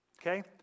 Okay